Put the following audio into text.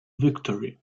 victory